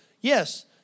yes